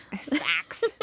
Sacks